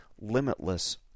limitless